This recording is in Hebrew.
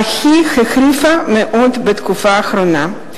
אך היא החריפה מאוד בתקופה האחרונה.